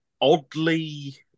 oddly